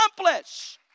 accomplish